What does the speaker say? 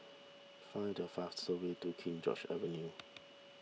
find the fastest way to King George's Avenue